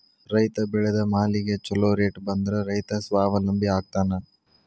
ರೈತ ಬೆಳೆದ ಮಾಲಿಗೆ ಛೊಲೊ ರೇಟ್ ಬಂದ್ರ ರೈತ ಸ್ವಾವಲಂಬಿ ಆಗ್ತಾನ